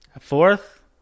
fourth